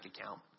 account